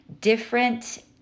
Different